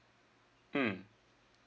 mm